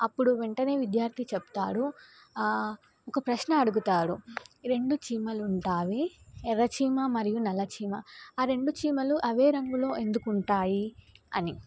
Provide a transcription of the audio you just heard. అప్పుడు వెంటనే విద్యార్థి చెప్తారు ఒక ప్రశ్న అడుగుతారు రెండు చీమలు ఉంటాయి ఎర్రచీమ మరియు నల్ల చీమ ఆ రెండు చీమలు అవే రంగులో ఎందుకుంటాయి అని